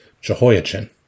Jehoiachin